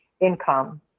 income